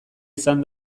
izan